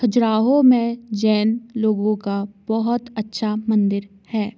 खजुराहो में जैन लोगों का बहुत अच्छा मंदिर है